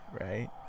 right